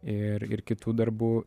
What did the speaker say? ir ir kitų darbų